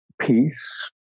Peace